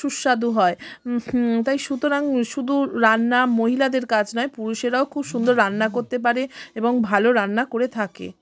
সুস্বাদু হয় তাই সুতরাং শুধু রান্না মহিলাদের কাজ নয় পুরুষেরাও খুব সুন্দর রান্না করতে পারে এবং ভালো রান্না করে থাকে